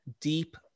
deep